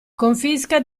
confisca